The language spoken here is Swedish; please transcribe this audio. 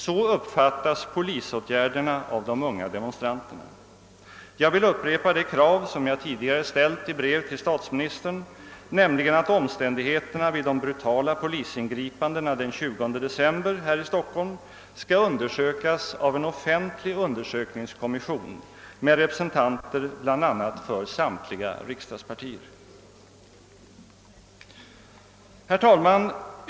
Så uppfattas polisåtgärderna av de unga demonstranterna. Jag vill upprepa det krav som jag tidigare ställt i brev till statsministern, nämligen att omständigheterna vid de brutala polisingripandena den 20 december här i Stockholm skall undersökas av en offentlig kommission med representanter bl.a. för samtliga riksdagspartier. Herr talman!